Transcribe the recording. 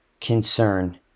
concern